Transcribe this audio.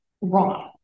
wrong